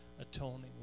atoning